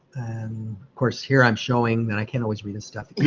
and course here i'm showing that i can't always read his stuff either.